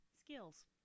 Skills